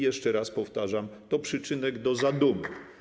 Jeszcze raz powtarzam: to przyczynek do zadumy.